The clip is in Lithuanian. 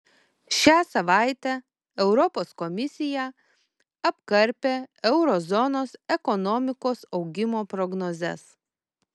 šią savaitę europos komisija apkarpė euro zonos ekonomikos augimo prognozes